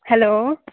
hello